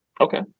Okay